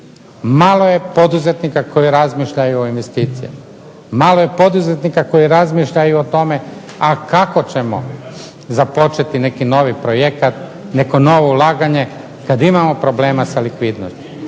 Malo je poduzetnika koji razmišljaju o investicijama, malo je poduzetnika koji razmišljaju o tome a kako ćemo započeti neki novi projekat, neku novu ulaganje, kad imamo problema sa likvidnošću,